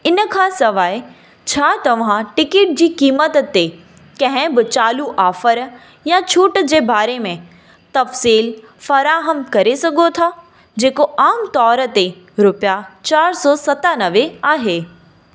इनखां सवाइ छा तव्हां टिकिट जी कीमत ते कहें बि चालू आफ़र या छूट जे बारे में तफ़्सील फराहमु करे सघो जेको आम तौर ते रुपिया चारि सौ सतानवे आहे